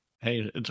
Hey